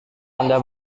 anda